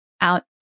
out